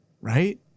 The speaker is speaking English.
Right